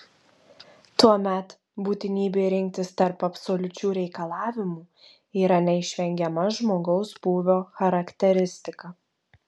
tuomet būtinybė rinktis tarp absoliučių reikalavimų yra neišvengiama žmogaus būvio charakteristika